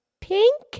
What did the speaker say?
pink